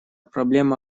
проблема